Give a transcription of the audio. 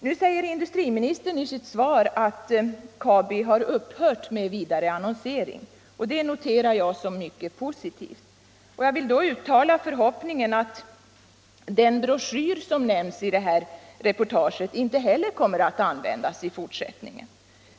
Nu säger industriministern i sitt svar att Kabi har upphört med ifrå = Nr 17 gavarande annonsering, och det noterar jag som mycket positivt. Jag Torsdagen den vill då också uttala förhoppningen att den broschyr som nämndes i tid 6 februari 1975 ningsreportaget inte heller kommer att användas i fortsättningen.